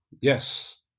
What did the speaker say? Yes